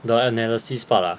the analysis part ah